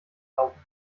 laufen